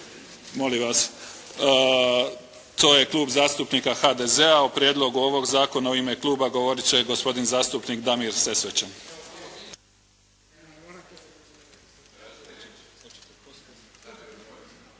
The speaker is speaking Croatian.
Molim vas. To je klub zastupnika HDZ-a. O prijedlogu ovog zakona u ime kluba govorit će gospodin zastupnik Damir Sesvečan.